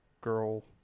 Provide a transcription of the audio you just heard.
girl